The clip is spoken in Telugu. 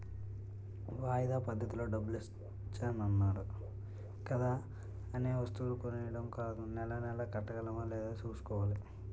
వాయిదా పద్దతిలో డబ్బులిత్తన్నారు కదా అనే వస్తువులు కొనీడం కాదూ నెలా నెలా కట్టగలమా లేదా సూసుకోవాలి